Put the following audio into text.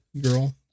girl